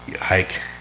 hike